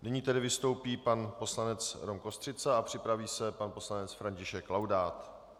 Nyní tedy vstoupí pan poslanec Rom Kostřica a připraví se pan poslanec František Laudát.